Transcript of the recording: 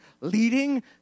leading